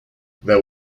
there